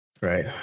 right